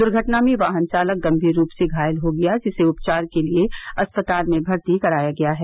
दुर्घटना में वाहन चालक गंभीर रूप से घायल हो गया जिसे उपचार के लिए अस्पताल में भर्ती कराया गया है